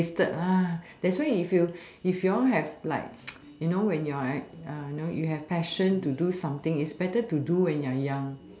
wasted ah that's why if you if you all have like you know when you're at you know when you have passion to do something it's better to do when you're young